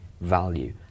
value